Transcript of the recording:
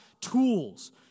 tools